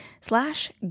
slash